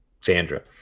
Sandra